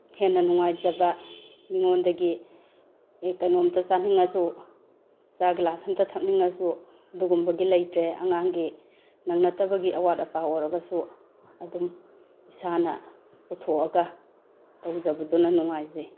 ꯍꯦꯟꯅ ꯅꯨꯡꯉꯥꯏꯖꯕ ꯃꯤꯉꯣꯟꯗꯒꯤ ꯑꯦ ꯀꯩꯅꯣꯝꯇ ꯆꯥꯅꯤꯡꯉꯁꯨ ꯆꯥ ꯒꯤꯂꯥꯁ ꯑꯃꯇ ꯊꯛꯅꯤꯡꯉꯁꯨ ꯑꯗꯨꯒꯨꯝꯕꯒꯤ ꯂꯩꯇ꯭ꯔꯦ ꯑꯉꯥꯡꯒꯤ ꯅꯪꯅꯗꯕꯒꯤ ꯑꯋꯥꯠ ꯑꯄꯥ ꯑꯣꯏꯔꯒꯁꯨ ꯑꯗꯨꯝ ꯏꯁꯥꯅ ꯄꯨꯊꯣꯛꯑꯒ ꯇꯧꯖꯕꯗꯨꯅ ꯅꯨꯡꯉꯥꯏꯖꯩ